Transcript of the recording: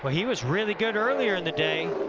but he was really good earlier in the day.